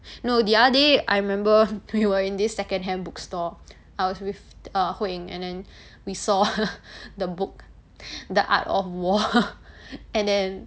no the other day I remember we were in this secondhand bookstore I was with uh hui ying and then we saw the book the art of war and then